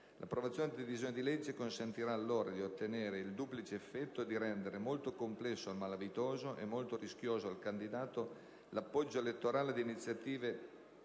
L'approvazione del disegno di legge consentirà, allora, di ottenere il duplice effetto di rendere molto complesso al malavitoso e molto rischioso al candidato l'appoggio elettorale, ad iniziare